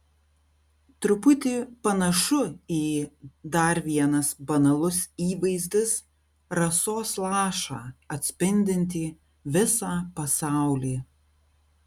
truputį panašu į dar vienas banalus įvaizdis rasos lašą atspindintį visą pasaulį